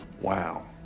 wow